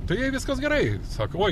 tai jai viskas gerai saka oi